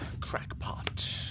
Crackpot